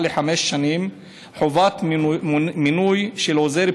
לחמש שנים חובת מינוי של עוזר בטיחות,